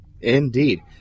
indeed